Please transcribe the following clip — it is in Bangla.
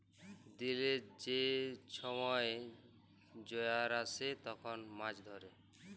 দিলের যে ছময় জয়ার আসে তখল মাছ ধ্যরে